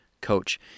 Coach